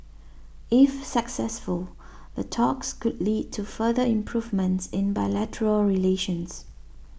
if successful the talks could lead to further improvements in bilateral relations